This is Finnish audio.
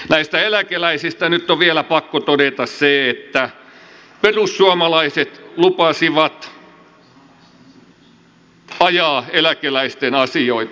näistä eläkeläisistä nyt on vielä pakko todeta se että perussuomalaiset lupasi ajaa eläkeläisten asioita